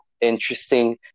interesting